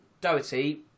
Doherty